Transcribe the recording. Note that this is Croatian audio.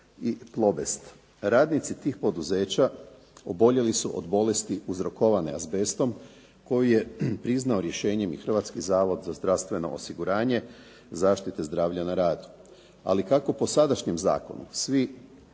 i "Plobest". Radnici tih poduzeća oboljeli su od bolesti uzrokovane azbestom koju je priznao rješenjem i Hrvatski zavod za zdravstveno osiguranje, zaštite zdravlja na radu. Ali kako po sadašnjem zakonu svi